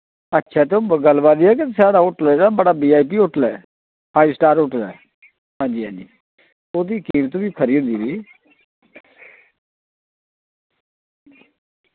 अच्छा ते हु'न गल्ल बात एह् ऐ के साढ़ा होटल ऐ जेह्ड़ा बड़ा बीआईपी होटल ऐ फाइव स्टार होटल ऐ हांजी हांजी ओह्दी कीमत वी खरी होंदी जी